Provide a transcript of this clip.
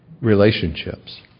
relationships